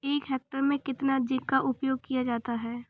एक हेक्टेयर में कितना जिंक का उपयोग किया जाता है?